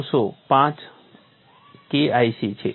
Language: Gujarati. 905 KIC છે